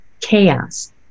chaos